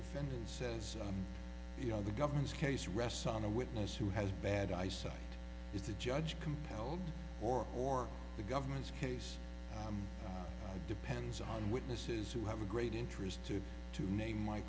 defendant says you know the government's case rests on a witness who has bad eyesight is the judge compelled or or the government's case depends on witnesses who have a great interest to to name my